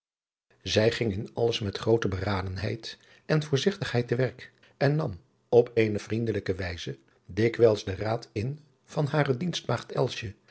zij ging in alles met groote beradenheid en voorzigtigheid te werk en nam op eene vriendelijke wijze dikwijls den raad in van hare